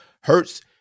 Hurts